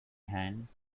hands